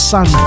Sun